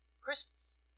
Christmas